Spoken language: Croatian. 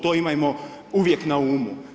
To imajmo uvijek na umu.